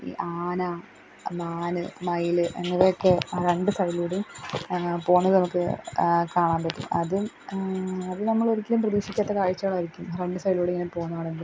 ഈ ആന മാന് മയില് അങ്ങനെയൊക്കെ ആ രണ്ട് സൈഡിലൂടെയും പോകുന്നത് നമുക്ക് കാണാന് പറ്റും അതും അത് നമ്മളൊരിക്കലും പ്രതീക്ഷിക്കാത്ത കാഴ്ചകളായിരിക്കും രണ്ട് സൈഡിലൂടിങ്ങനെ പോകുന്നതു കാണുമ്പോള്